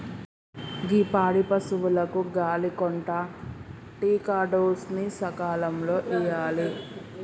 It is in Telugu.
గీ పాడి పసువులకు గాలి కొంటా టికాడోస్ ని సకాలంలో ఇయ్యాలి